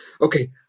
okay